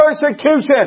persecution